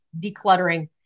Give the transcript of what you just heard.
decluttering